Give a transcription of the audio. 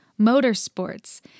motorsports